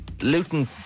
Luton